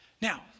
Now